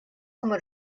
como